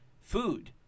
food